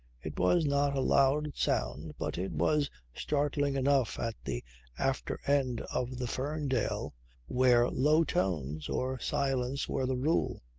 it was not a loud sound but it was startling enough at the after-end of the ferndale where low tones or silence were the rule.